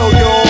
yo